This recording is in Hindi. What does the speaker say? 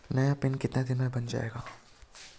नया पिन कितने दिन में बन जायेगा?